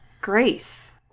Grace